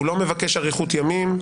הוא לא מבקש אריכות ימים,